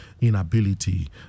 inability